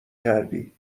کردی